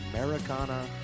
Americana